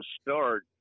start